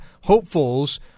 hopefuls